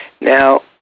Now